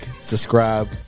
Subscribe